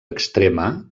extrema